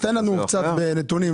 תן לנו קצת נתונים.